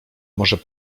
może